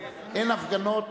אין הפגנות.